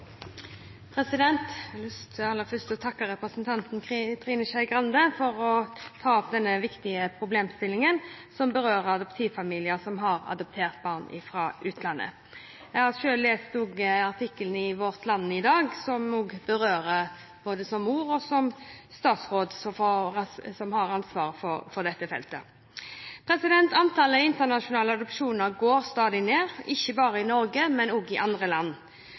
takke representanten Trine Skei Grande for å ta opp denne viktige problemstillingen, som berører adoptivfamilier som har adoptert barn fra utlandet. Jeg har selv lest artikkelen i Vårt Land i dag, som berører meg både som mor og som statsråd med ansvar for dette feltet. Antallet internasjonale adopsjoner går stadig ned, ikke bare i Norge, men også i andre land.